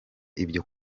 ibyo